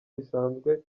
bisanzwe